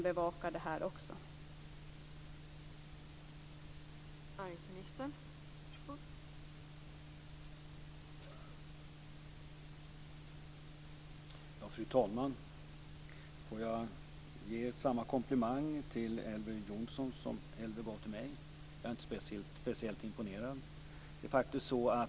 Bevakas också detta?